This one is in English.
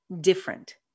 different